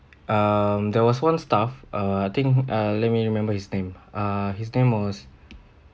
um there was one staff uh I think uh let me remember his name uh his name was